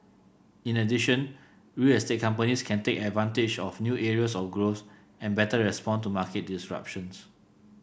in addition real estate companies can take advantage of new areas of growth and better respond to market disruptions